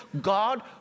God